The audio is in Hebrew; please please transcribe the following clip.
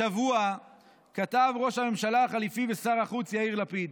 השבוע כתב ראש הממשלה החליפי ושר החוץ יאיר לפיד,